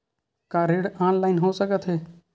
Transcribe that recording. का ऋण ऑनलाइन हो सकत हे?